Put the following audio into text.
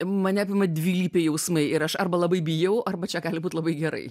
mane apima dvilypiai jausmai ir aš arba labai bijau arba čia gali būt labai gerai